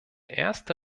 erste